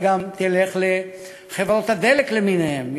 אם אתה תלך גם לחברות הדלק למיניהן,